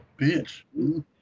bitch